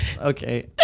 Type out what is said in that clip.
Okay